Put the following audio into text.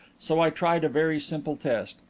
so i tried a very simple test.